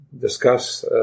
discuss